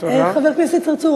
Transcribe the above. חבר הכנסת צרצור,